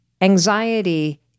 Anxiety